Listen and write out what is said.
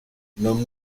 non